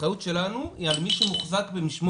האחריות שלנו היא על מי שמוחזק במשמורת.